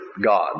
God